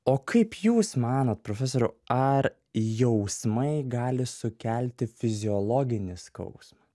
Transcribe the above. o kaip jūs manot profesoriau ar jausmai gali sukelti fiziologinį skausmą